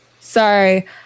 Sorry